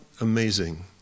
amazing